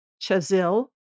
Chazil